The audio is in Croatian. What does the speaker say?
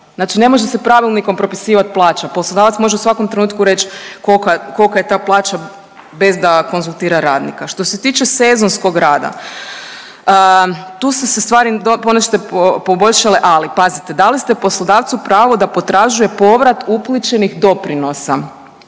Znači ne može se pravilnikom propisivati plaća. Poslodavac može u svakom trenutku reći kolika je ta plaća bez da konzultira radnika. Što se tiče sezonskog rada, tu su se stvari ponešto poboljšale ali pazite dali ste poslodavcu pravo da potražuje povrat uplaćenih doprinosa